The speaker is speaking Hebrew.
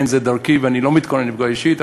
אין זו דרכי ואני לא מתכוון לפגוע אישית,